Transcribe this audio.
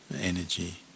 energy